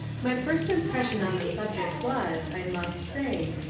my first impression on the subject was, i must say,